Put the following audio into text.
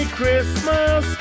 Christmas